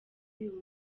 uyu